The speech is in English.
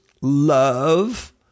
love